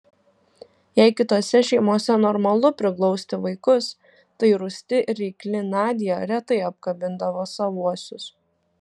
jei kitose šeimose normalu priglausti vaikus tai rūsti ir reikli nadia retai apkabindavo savuosius